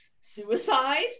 suicide